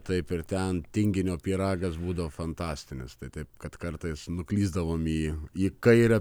taip ir ten tinginio pyragas būdavo fantastinis tai taip kad kartais nuklysdavom į į kairę